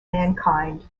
mankind